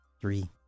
three